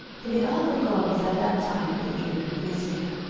for the ark of god was at that time with the children of israel.